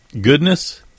goodness